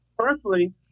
Firstly